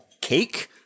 cake